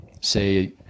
say